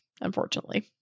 unfortunately